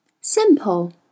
Simple